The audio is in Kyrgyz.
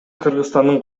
кыргызстандын